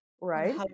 right